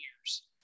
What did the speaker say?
years